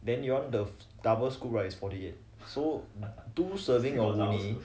then you want the double scoop right is forty eight so two serving of woomi